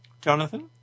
Jonathan